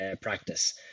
practice